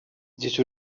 здесь